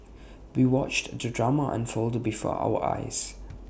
we watched the drama unfold before our eyes